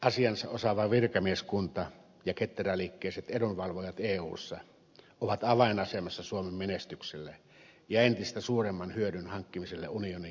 asiansa osaava virkamieskunta ja ketteräliikkeiset edunvalvojat eussa ovat avainasemassa suomen menestykselle ja entistä suuremman hyödyn hankkimiselle unionin jäsenenä